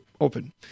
open